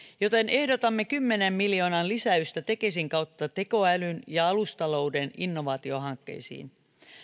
joten ehdotamme kymmenen miljoonan lisäystä tekesin kautta tekoälyn ja alustatalouden innovaatiohankkeisiin